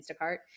Instacart